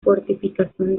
fortificación